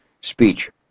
speech